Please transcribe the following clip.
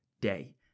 day